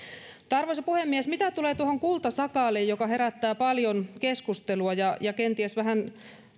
arvoisa puhemies mitä tulee tuohon kultasakaaliin joka herättää paljon keskustelua ja ja kenties vähän